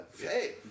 Hey